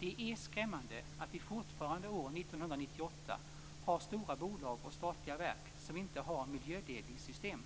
Det är skrämmande att vi fortfarande år 1998 har stora bolag och statliga verk som inte har miljöledningssystem.